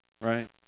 right